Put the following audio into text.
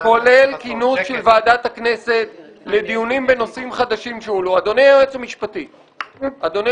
כולל כינוס של ועדת הכנסת לדיון בנושאים חדשים שהועלו - הכול כדי